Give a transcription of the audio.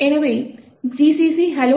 எனவே gcc hello